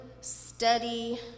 steady